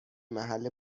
محل